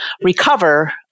recover